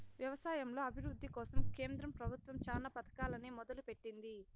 వ్యవసాయంలో అభివృద్ది కోసం కేంద్ర ప్రభుత్వం చానా పథకాలనే మొదలు పెట్టింది